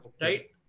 right